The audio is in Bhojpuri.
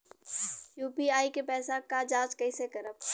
यू.पी.आई के पैसा क जांच कइसे करब?